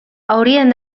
haurien